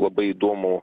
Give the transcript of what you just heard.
labai įdomų